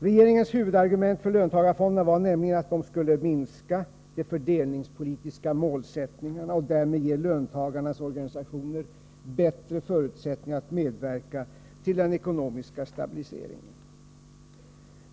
Regeringens huvudargument för löntagarfonderna var nämligen att de skulle minska de fördelningspolitiska motsättningarna och därmed ge löntagarnas organisationer bättre förutsättningar att medverka till den ekonomiska stabiliseringen.